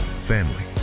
family